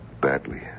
badly